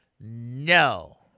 No